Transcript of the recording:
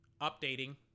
updating